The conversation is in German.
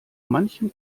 manchem